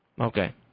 Okay